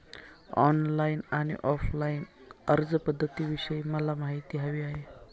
online आणि offline अर्जपध्दतींविषयी मला माहिती हवी आहे